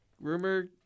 Rumor